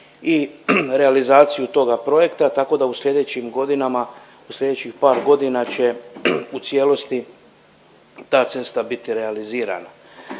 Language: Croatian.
i realizaciju toga projekta tako da u sljedećim godinama, u sljedećih par godina će u cijelosti ta cesta biti realizirana.